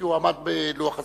כי הוא עמד בלוח הזמנים.